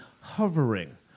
hovering